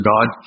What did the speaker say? God